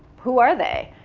who are they?